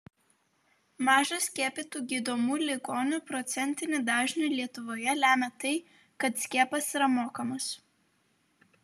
mažą skiepytų gydomų ligonių procentinį dažnį lietuvoje lemia tai kad skiepas yra mokamas